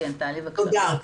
תודה.